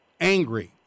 angry